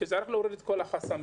שצריך להוריד את כל החסמים.